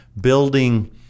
building